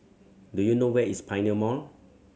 do you know where is Pioneer Mall